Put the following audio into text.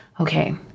okay